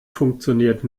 funktioniert